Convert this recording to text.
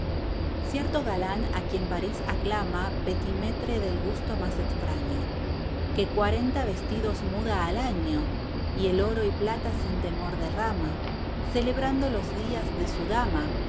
cierto galán a quien parís aclama petimetre del gusto más extraño que cuarenta vestidos muda al año y el oro y plata sin temor derrama celebrando los días de su dama